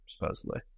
supposedly